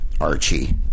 Archie